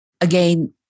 again